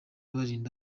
birinda